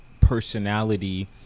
personality